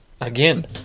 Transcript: again